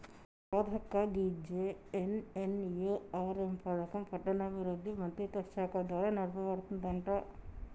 రాధక్క గీ జె.ఎన్.ఎన్.యు.ఆర్.ఎం పథకం పట్టణాభివృద్ధి మంత్రిత్వ శాఖ ద్వారా నడపబడుతుందంట